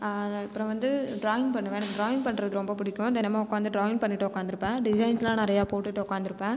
அப்புறம் வந்து ட்ராயிங் பண்ணுவேன் எனக்கு ட்ராயிங் பண்றது ரொம்ப பிடிக்கும் தினமு உட்காந்து ட்ராயிங் பண்ணிவிட்டு உட்காந்துருப்பன் டிசைன்ஸ்லாம் நிறையா போட்டுவிட்டு உட்காந்துருப்பன்